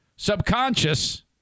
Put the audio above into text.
Subconscious